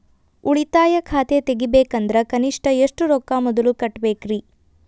ಉಳಿತಾಯ ಖಾತೆ ತೆಗಿಬೇಕಂದ್ರ ಕನಿಷ್ಟ ಎಷ್ಟು ರೊಕ್ಕ ಮೊದಲ ಕಟ್ಟಬೇಕ್ರಿ?